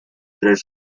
tres